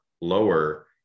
lower